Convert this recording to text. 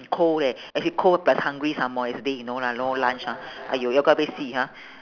cold leh actually cold plus hungry some more yesterday you know lah no lunch ah !aiyo! yau ga bei si ha